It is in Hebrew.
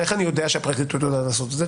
איך אני יודע שהפרקליטות יודעת לעשות את זה?